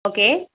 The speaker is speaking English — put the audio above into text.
okay